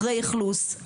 אחרי אכלוס,